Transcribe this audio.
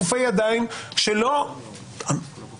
כפי שיש לנו הכוח לעשות בחקיקה,